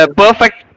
perfect